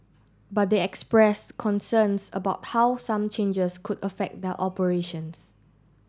but they expressed concerns about how some changes could affect their operations